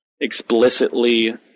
explicitly